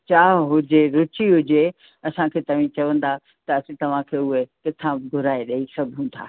चाहु हुजे रुचि हुजे असांखे तव्हीं चवंदा त असीं तव्हां खे उहे किथां बि घुराए ॾेई सघूं था